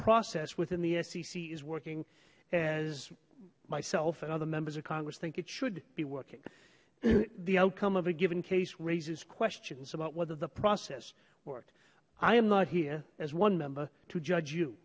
process within the sec is working as myself and other members of congress think it should be working there the outcome of a given case raises questions about whether the process work i am not here as one member to judge you